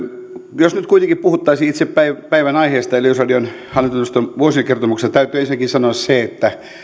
jos nyt kuitenkin puhuttaisiin itse päivän päivän aiheesta eli yleisradion hallintoneuvoston vuosikertomuksesta täytyy ensinnäkin sanoa se että